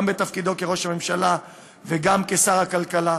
גם כראש הממשלה וגם כשר הכלכלה.